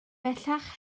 bellach